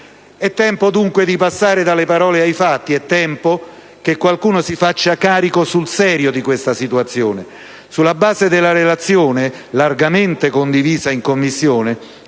È tempo dunque di passare dalle parole ai fatti; è tempo che qualcuno si faccia carico sul serio di questa situazione. Sulla base della relazione in esame, largamente condivisa in Commissione,